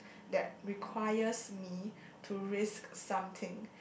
that requires me to risk something